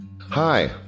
Hi